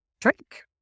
drink